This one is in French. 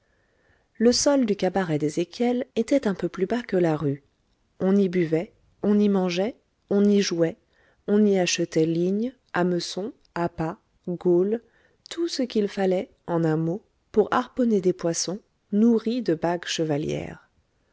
le sol du cabaret d'ezéchiel était un peu plus bas que la rue on y buvait on y mangeait on y jouait on y achetait lignes hameçons appâts gaules tout ce qu'il fallait en un mot pour harponner des poissons nourris de bagues chevalières